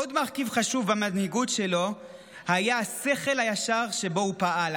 עוד מרכיב חשוב במנהיגות שלו היה השכל הישר שבו הוא פעל,